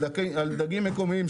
על דגים מקומיים,